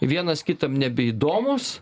vienas kitam nebeįdomūs